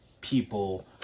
people